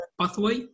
pathway